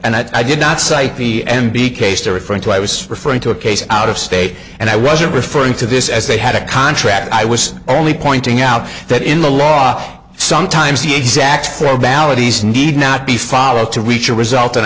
and i did not cite the m b case they're referring to i was referring to a case out of state and i wasn't referring to this as they had a contract i was only pointing out that in the law sometimes the exact or balinese need not be followed to reach a result and